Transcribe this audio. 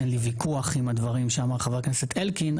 אין לי ויכוח עם הדברים שאמר חבר הכנסת אלקין,